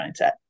mindset